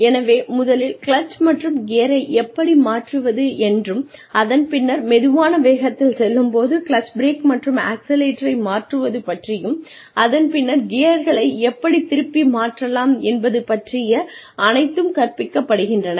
எனவே முதலில் கிளட்ச் மற்றும் கியரை எப்படி மாற்றுவது என்றும் அதன் பின்னர் மெதுவான வேகத்தில் செல்லும் போது கிளட்ச் பிரேக் மற்றும் ஆக்சிலரேட்டரை மாற்றுவது பற்றியும் அதன் பின்னர் கியர்களை எப்படித் திருப்பி மாற்றலாம் என்பது பற்றிய அனைத்தும் கற்பிக்கப்படுகின்றன